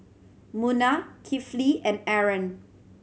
Munah Kifli and Aaron